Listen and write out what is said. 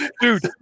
Dude